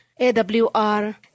AWR